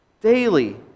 daily